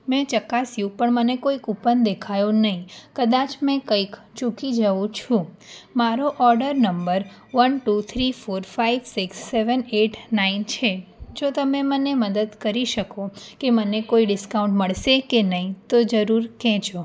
મેં ચકાસ્યું પણ મને કોઈ કૂપન દેખાયો નહીં કદાચ મેં કંઇક ચૂકી જાઉં છું મારો order number one two three four five six seven eight nine છે જો તમે મને મદદ કરી શકો કે મને કોઈ ડિસ્કાઉન્ટ મળશે કે નહીં તો જરૂર કહેજો